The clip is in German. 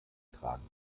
tragen